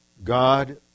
God